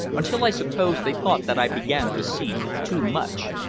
until i suppose they thought that i began to see too much,